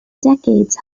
decades